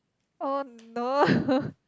oh no